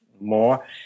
more